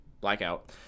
Blackout